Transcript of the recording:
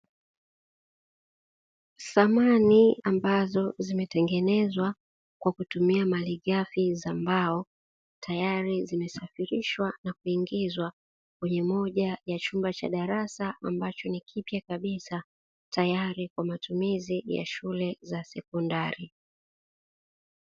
Samani ambazo zimetengenezwa kwa kutumia malighafi za mbao, tayari zimesafirishwa na kuingizwa kwenye moja ya chumba cha darasa, ambacho ni kipya kabisa tayari kwa matumizi ya shule za sekondari.